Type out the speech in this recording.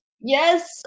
Yes